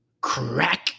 Crack